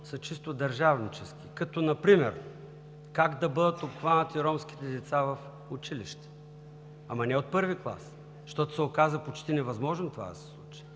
са чисто държавнически, като например как да бъдат обхванати ромските деца в училище – ама не от I клас, защото се оказа почти невъзможно това да се случи,